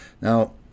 Now